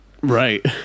Right